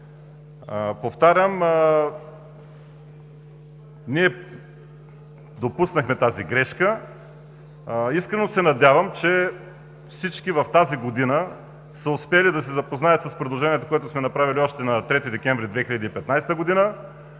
Повтарям – допуснахме тази грешка и искрено се надявам, че в тази година всички са успели да се запознаят с предложението, което сме направили още на 3 декември 2015 г.